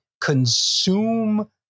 consume